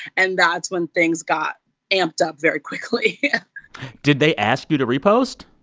and that's when things got amped up very quickly did they ask you to repost?